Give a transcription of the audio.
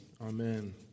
Amen